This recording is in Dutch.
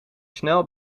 snel